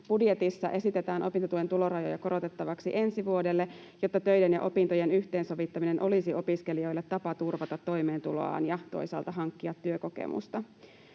Budjetissa esitetään opintotuen tulorajoja korotettavaksi ensi vuodelle, jotta töiden ja opintojen yhteensovittaminen olisi opiskelijoille tapa turvata toimeentuloaan ja toisaalta hankkia työkokemusta.